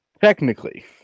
Technically